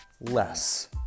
less